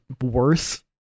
worse